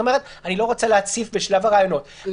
את אומרת שאת לא רוצה להציף בשלב הראיונות אז